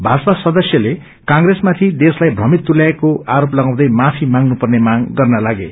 भाजपा सदस्यले कांग्रेसमाथि देशलाई भ्रमित तुल्याएको आरोप लागाउँदै माफी माग्नुपर्ने मांग गर्न लागे